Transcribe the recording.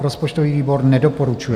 Rozpočtový výbor nedoporučuje.